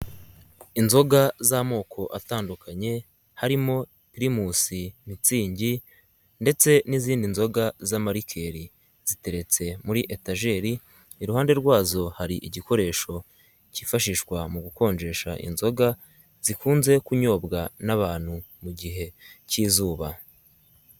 Inzoga z'amoko atandukanye harimo pirimusi, mitsingi, ndetse n'izindi nzoga z'amarikeri, ziteretse muri etajeri, iruhande rwazo hari igikoresho kifashishwa mu gukonjesha. Inzoga zikunze kunyobwa n'abantu mu gihe k'izuba.